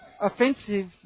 offensive